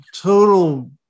total